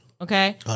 okay